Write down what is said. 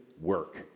work